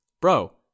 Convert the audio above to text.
Bro